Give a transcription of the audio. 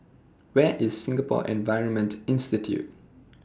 Where IS Singapore Environment Institute